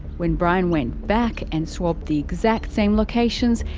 when brian went back and swabbed the exact same locations,